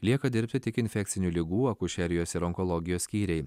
lieka dirbti tik infekcinių ligų akušerijos ir onkologijos skyriai